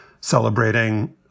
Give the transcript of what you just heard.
celebrating